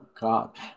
God